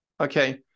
Okay